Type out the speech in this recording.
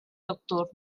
nocturn